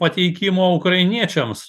pateikimą ukrainiečiams